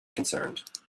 concerned